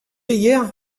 hier